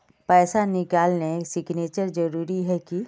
पैसा निकालने सिग्नेचर जरुरी है की?